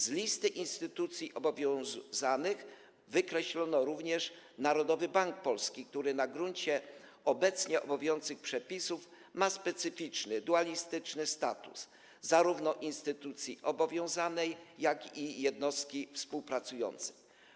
Z listy instytucji obowiązanych wykreślono również Narodowy Bank Polski, który na gruncie obecnie obowiązujących przepisów ma specyficzny, dualistyczny status - zarówno instytucji obowiązanej, jak i jednostki współpracującej.